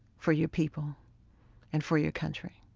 for your people and for your country.